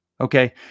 Okay